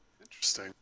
Interesting